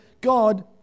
God